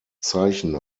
zeichen